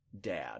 Dad